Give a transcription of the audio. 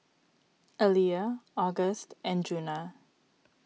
Aliyah August and Djuna